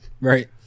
right